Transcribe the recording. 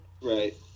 right